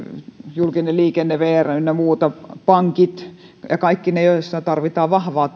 julkinen liikenne vr ynnä muut pankit ja kaikki ne joissa tarvitaan vahvaa